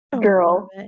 girl